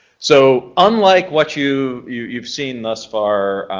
so unlike what you you've seen thus far,